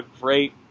great